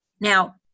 Now